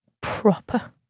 proper